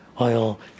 oil